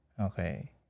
okay